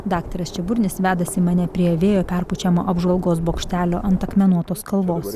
daktaras čiaburnis vedasi mane prie vėjo perpučiamo apžvalgos bokštelio ant akmenuotos kalvos